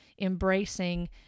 embracing